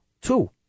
two